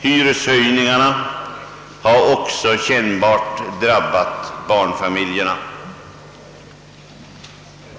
Hyreshöjningarna har också kännbart drabbat barnfamiljerna.